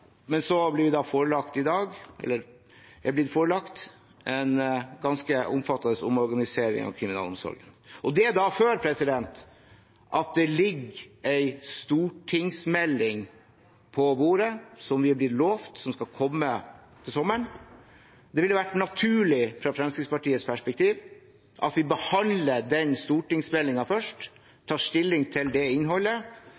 men så er vi blitt forelagt en ganske omfattende omorganisering av kriminalomsorgen, og det før det ligger en stortingsmelding på bordet, som vi er blitt lovet, og som skal komme til sommeren. Det ville fra Fremskrittspartiets perspektiv vært naturlig at vi behandlet den